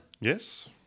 Yes